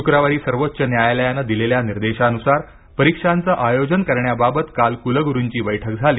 शुक्रवारी सर्वोच्च न्यायालयाने दिलेल्या निर्देशानुसार परीक्षांचे आयोजन करण्याबाबत काल कुलगुरूची बैठक झाली